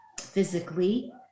physically